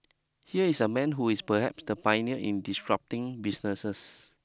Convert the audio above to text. here is a man who is perhaps the pioneer in disrupting businesses